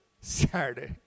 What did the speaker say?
Saturday